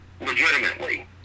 Legitimately